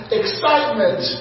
excitement